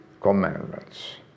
commandments